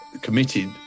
committed